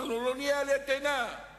יודע שאתה הולך להטיל גזירות על גבי גזירות.